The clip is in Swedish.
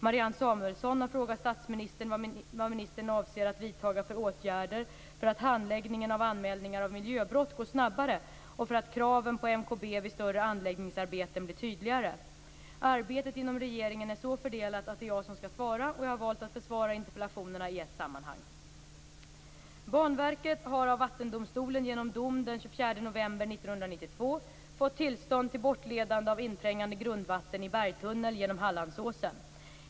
Marianne Samuelsson har frågat statsministern vad ministern avser att vidtaga för åtgärder för att handläggningen av anmälningar av miljöbrott skall gå snabbare och för att kraven på MKB vid större anläggningsarbeten skall bli tydligare. Arbetet inom regeringen är så fördelat att det är jag som skall svara, och jag har valt att besvara interpellationerna i ett sammanhang. Banverket har av Vattendomstolen genom dom den 24 november 1992 fått tillstånd till bortledande av inträngande grundvatten i bergtunnel genom Hallandsåsen.